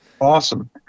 awesome